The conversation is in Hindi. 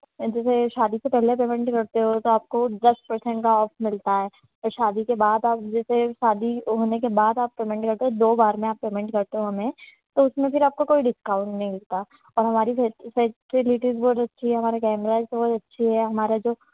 जैसे शादी से पहले पेमेंट करते हो तो आपको दस पर्सेंट का ऑफ़ मिलता है और शादी के बाद आप जैसे शादी वो होने के बाद आप पेमेंट करते हो दो बार में आप पेमेंट करते हो हमें तो उसमें फिर आपको कोई डिस्काउंट नहीं मिलता और हमारी फै़सेलिटीज़ बहुत अच्छी है हमारा कैमरा भी बहुत अच्छी है हमारा जो